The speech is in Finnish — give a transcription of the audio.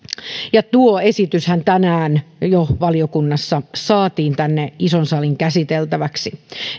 tuo esityshän tänään jo valiokunnassa saatiin tänne ison salin käsiteltäväksi